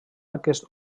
aquest